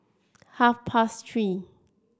half past Three